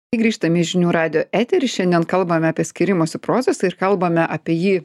grįžtam į žinių radijo eterį šiandien kalbame apie skyrimosi procesą ir kalbame apie jį